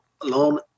alone